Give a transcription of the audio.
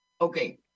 Okay